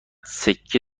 سکه